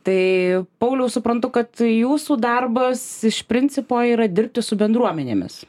tai pauliau suprantu kad jūsų darbas iš principo yra dirbti su bendruomenėmis